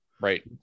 Right